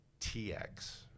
TX